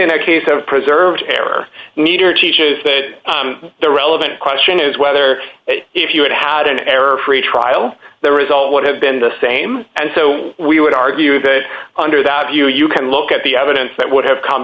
in a case of preserves error meter teaches that the relevant question is whether if you had had an error free trial the result would have been the same and so we would argue that under that view you can look at the evidence that would have come